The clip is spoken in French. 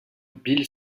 bill